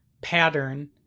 pattern